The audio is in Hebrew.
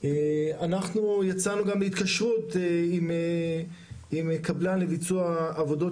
אנחנו יצאנו גם בהתקשרות עם קבלן לביצוע עבודות